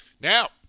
Now